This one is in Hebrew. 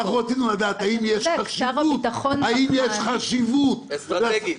רצינו לדעת האם יש חשיבות -- אסטרטגית.